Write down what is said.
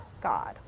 God